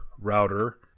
router